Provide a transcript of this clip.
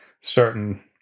certain